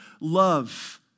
love